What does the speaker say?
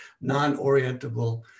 non-orientable